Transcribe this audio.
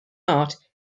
art